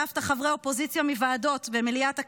העפת חברי האופוזיציה מוועדות הכנסת וממליאת הכנסת.